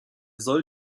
soll